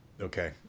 Okay